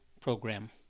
program